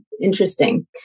interesting